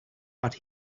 but